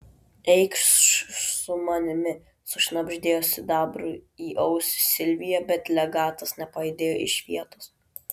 eikš su manimi sušnabždėjo sidabrui į ausį silvija bet legatas nepajudėjo iš vietos